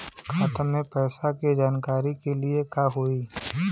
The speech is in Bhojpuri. खाता मे पैसा के जानकारी के लिए का होई?